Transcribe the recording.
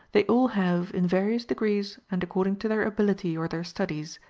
they all have, in various degrees and according to their ability or their studies,